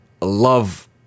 Love